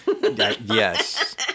Yes